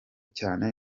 cyane